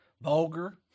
Vulgar